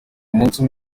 umunsi